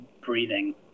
breathing